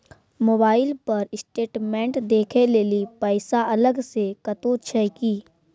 Mobile पर statement देखे लेली पैसा अलग से कतो छै की?